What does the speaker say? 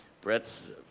Brett's